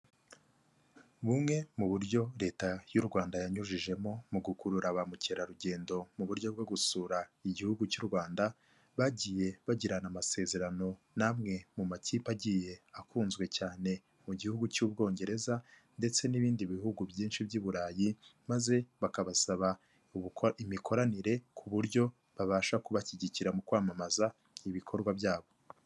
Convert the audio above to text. Bumwe mu buryo leta y'u Rwanda yanyujijemo mu gukurura ba mukerarugendo mu buryo bwo gusura igihugu cy'u Rwanda, bagiye bagirana amasezerano n'amwe mu makipe agiye akunzwe cyane mu gihugu cy'ubwongereza ndetse n'ibindi bihugu byinshi by'Iburayi maze bakabasaba imikoranire ku buryo babasha kubashyigikira mu kwamamaza ibikorwa byabo.